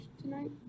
tonight